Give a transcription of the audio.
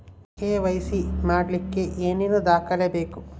KYC ಮಾಡಲಿಕ್ಕೆ ಏನೇನು ದಾಖಲೆಬೇಕು?